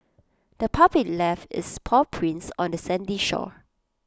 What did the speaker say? the puppy left its paw prints on the sandy shore